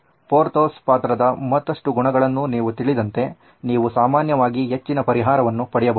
Porthos ಪಾತ್ರದ ಮತ್ತಷ್ಟು ಗುಣಗಳನ್ನು ನೀವು ತಿಳಿದಂತೆ ನೀವು ಸಾಮಾನ್ಯವಾಗಿ ಹೆಚ್ಚಿನ ಪರಿಹಾರವನ್ನು ಪಡೆಯಬಹುದು